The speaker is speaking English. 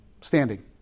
Standing